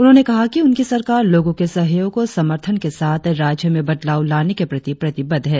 उन्होंने कहा कि उनकी सरकार लोगों के सहयोग और समर्थन के साथ राज्य में बदलाव लाने के प्रति प्रतिबद्ध है